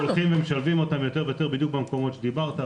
משלבים אותם יותר ויותר בדיוק במקומות שדברת.